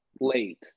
late